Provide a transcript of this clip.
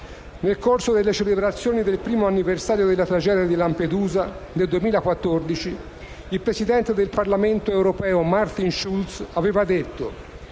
Nel corso delle celebrazioni del primo anniversario della tragedia di Lampedusa, nel 2014, il presidente del Parlamento europeo, Martin Schulz, aveva detto: